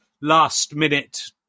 last-minute